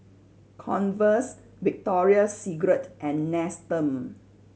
Converse Victoria Secret and Nestum